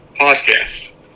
podcast